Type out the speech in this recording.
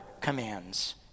commands